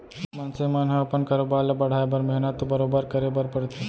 मनसे मन ह अपन कारोबार ल बढ़ाए बर मेहनत तो बरोबर करे बर परथे